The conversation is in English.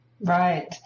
Right